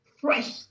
fresh